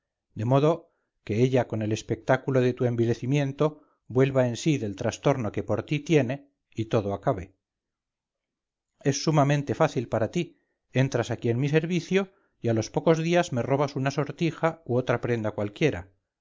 de modo que ella con el espectáculo de tu envilecimiento vuelva en sí del trastorno que por ti tiene y todo acabe es sumamente fácil para ti entras aquí en mi servicio y a los pocos días me robas una sortija u otra prenda cualquiera